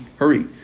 hurry